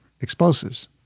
explosives